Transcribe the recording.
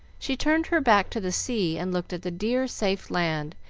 she turned her back to the sea and looked at the dear, safe land,